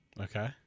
Okay